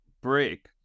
break